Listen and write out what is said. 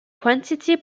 quantity